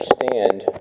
understand